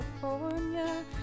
california